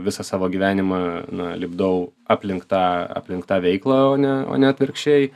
visą savo gyvenimą na lipdau aplink tą aplink tą veiklą o ne o ne atvirkščiai